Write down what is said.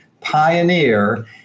pioneer